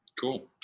Cool